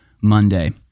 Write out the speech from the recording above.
Monday